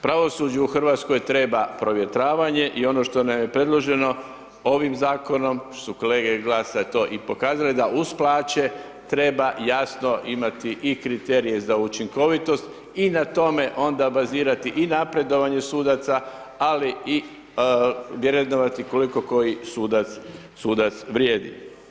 Pravosuđe u Hrvatskoj treba provjetravanje i ono što je nam je predloženo ovim zakonom što su kolege GLAS-a to i pokazale da uz plaće treba jasno imati i kriterije za učinkovitost i na tome onda bazirati i napredovanje sudaca, ali i vrednovati koliko koji sudac, sudac vrijedi.